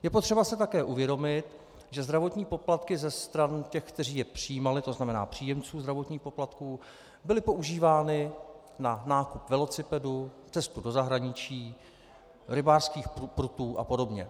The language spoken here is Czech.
Je potřeba si také uvědomit, že zdravotní poplatky ze stran těch, kteří je přijímali, to znamená příjemců zdravotních poplatků, byly používány na nákup velocipedů, cestu do zahraničí, rybářských prutů a podobně.